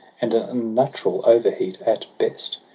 and an unnatural overheat at best.